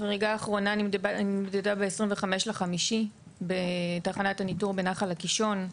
החריגה האחרונה נמדדה ב-25.5 בתחנת הניטור בנחל הקישון,